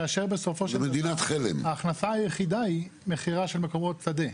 כאשר בסופו של דבר ההכנסה היחידה היא מכירה של קבורות שדה.